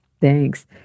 Thanks